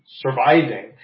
surviving